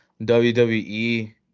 wwe